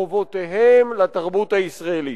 חובותיהם לתרבות הישראלית.